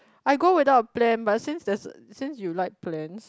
I go without a plan but since there's since you like plans